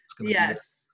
Yes